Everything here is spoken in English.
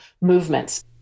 movements